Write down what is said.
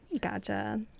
Gotcha